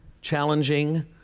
challenging